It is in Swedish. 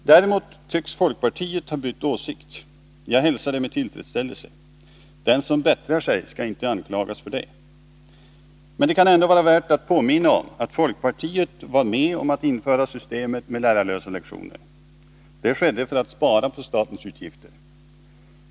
Däremot tycks folkpartiet ha bytt åsikt. Jag hälsar det med tillfredsställelse. Den som bättrar sig skall inte anklagas för det. Men det kan ändå vara värt att påminna om att folkpartiet var med om att införa systemet med lärarlösa lektioner. Det skedde för att spara på statens utgifter.